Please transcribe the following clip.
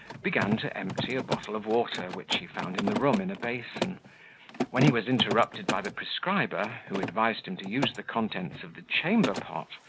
began to empty a bottle of water, which he found in the room in a basin when he was interrupted by the prescriber, who advised him to use the contents of the chamberpot,